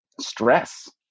stress